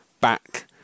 back